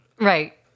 Right